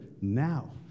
now